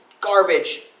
garbage